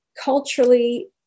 culturally